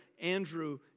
Andrew